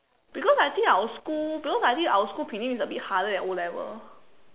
because I think our school because I think our school prelim is a bit harder than O-level